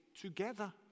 together